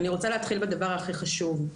אני רוצה להתחיל בדבר הכי חשוב.